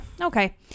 Okay